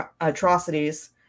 atrocities